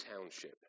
township